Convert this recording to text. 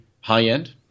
high-end